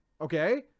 Okay